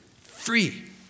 free